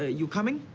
ah you coming?